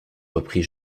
reprit